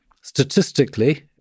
statistically